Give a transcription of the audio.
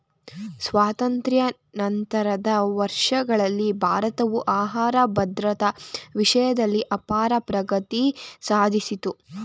ಸ್ವಾತಂತ್ರ್ಯ ನಂತರದ ವರ್ಷಗಳಲ್ಲಿ ಭಾರತವು ಆಹಾರ ಭದ್ರತಾ ವಿಷಯ್ದಲ್ಲಿ ಅಪಾರ ಪ್ರಗತಿ ಸಾದ್ಸಿತು